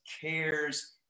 cares